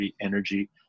energy